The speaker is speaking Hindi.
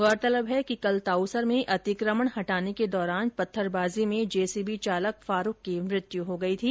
गौरतलब है कि कल ताउसर में अतिकमण हटाने के दौरान पत्थरबाजी में जेसीबी चालक फारूख की मृत्यु हो गई थी